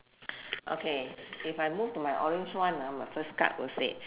okay if I move to my orange one ah my first card will say